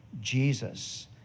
Jesus